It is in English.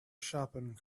shopping